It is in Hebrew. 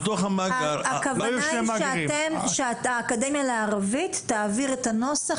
הכוונה היא שהאקדמיה לערבית תעביר את הנוסח